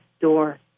door